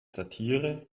satire